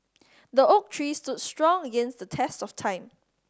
the oak tree stood strong against the test of time